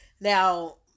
Now